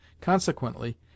consequently